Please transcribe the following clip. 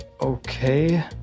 Okay